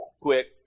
quick